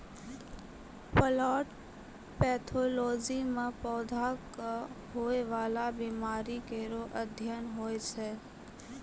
plant pathology म पौधा क होय वाला बीमारी केरो अध्ययन होय छै